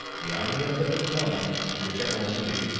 the army of the potomac under general meade,